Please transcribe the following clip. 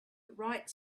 right